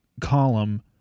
column